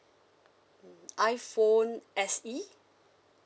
mm iphone S_E